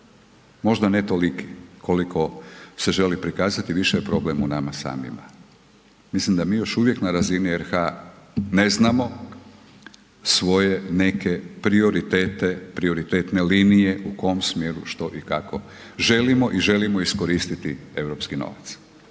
možda ne toliko koliko se želi prikazati, više je problem u nama samima. Mislim da mi još na razini RH ne znamo svoje neke prioritete, prioritetne linije u kom smjeru, što i kako želimo i želimo iskoristiti europski novac.